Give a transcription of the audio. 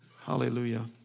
Hallelujah